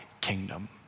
kingdom